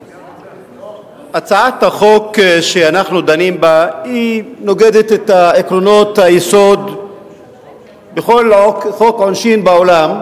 הצעת החוק שאנחנו דנים בה נוגדת את עקרונות היסוד בכל חוק עונשין בעולם,